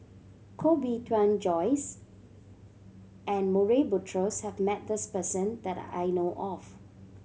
Koh Bee Tuan Joyce and Murray Buttrose has met this person that I know of